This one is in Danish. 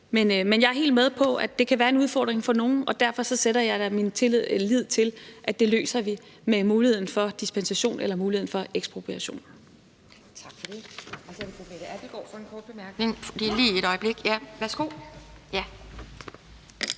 Men jeg er helt med på, at det kan være en udfordring for nogle, og derfor sætter jeg da min lid til, at vi løser det med muligheden for dispensation eller muligheden